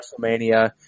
WrestleMania